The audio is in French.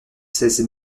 seize